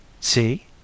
See